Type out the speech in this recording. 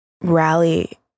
rally